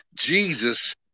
Jesus